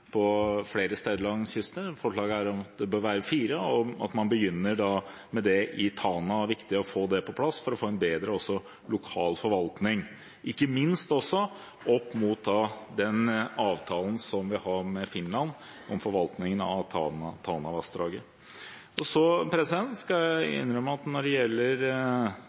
flere steder langs kysten. Forslaget er at det bør være fire, og at man begynner med det i Tana. Det er viktig å få det på plass, også for å få en bedre lokal forvaltning, ikke minst opp mot den avtalen vi har med Finland om forvaltningen av Tanavassdraget. Jeg skal innrømme at når det gjelder